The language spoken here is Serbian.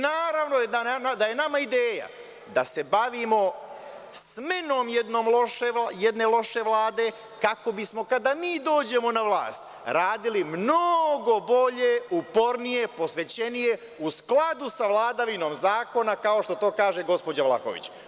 Naravno da je nama ideja da se bavimo smenom jedne loše Vlade, kako bismo, kada mi dođemo na vlast, radili mnogo bolje, upornije, posvećenije, u skladu sa vladavinom zakona, kao što to kaže gospođa Vlahović.